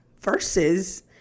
Versus